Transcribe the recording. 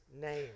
name